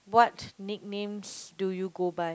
what nicknames do you go by